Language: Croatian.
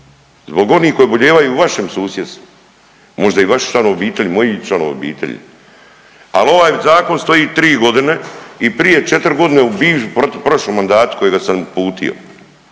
zbog onih koji obolijevaju u vašem susjedstvu, možda i vaši članovi obitelji, moji članovi obitelji, ali ovaj zakon stoji 3 godine i prije 4 godine u prošlom mandatu kojega sam uputio.